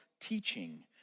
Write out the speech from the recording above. teaching